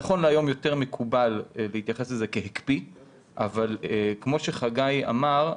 נכון להיום יותר מקובל להתייחס לזה כהקפיא אבל כמו שחגי אמר,